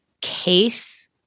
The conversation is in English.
case